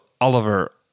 Oliver